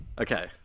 Okay